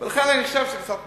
ולכן אני חושב שזה קצת מוגזם.